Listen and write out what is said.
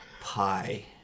Pie